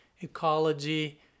ecology